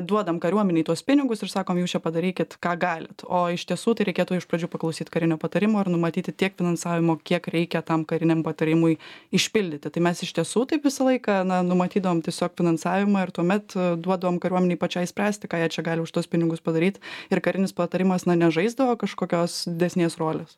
duodam kariuomenei tuos pinigus ir sakom jūs čia padarykit ką galit o iš tiesų tai reikėtų iš pradžių paklausyt karinio patarimo ar numatyti tiek finansavimo kiek reikia tam kariniam patarimui išpildyti tai mes iš tiesų taip visą laiką na numatydavom tiesiog finansavimą ir tuomet duodavom kariuomenei pačiai spręsti ką jie čia gali už tuos pinigus padaryt ir karinis patarimas ne nežaisdavo kažkokios didesnės rolės